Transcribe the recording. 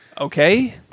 Okay